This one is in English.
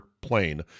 plane